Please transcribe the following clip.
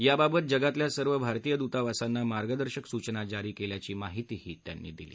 याबाबत जगातल्या सर्व भारतीय दुतावासांना मार्गदर्शक सूचना जारी केल्याची माहितीही त्यांनी दिली